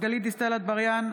גלית דיסטל אטבריאן,